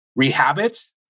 Rehabit